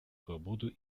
свободу